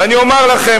ואני אומר לכם,